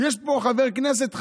יש פה חבר כנסת חרוץ,